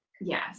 Yes